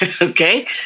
Okay